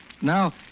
Now